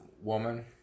woman